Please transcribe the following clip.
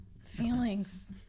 Feelings